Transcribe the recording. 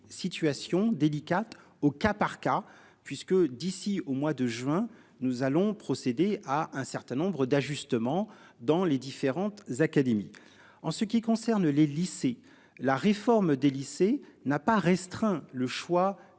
situations délicates au cas par cas puisque d'ici au mois de juin nous allons procéder à un certain nombre d'ajustements dans les différentes académies. En ce qui concerne les lycées, la réforme des lycées n'a pas restreint le choix